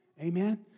Amen